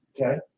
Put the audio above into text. Okay